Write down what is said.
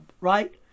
right